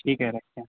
ٹھیک ہے رکھتے ہیں